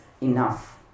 enough